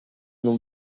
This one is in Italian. non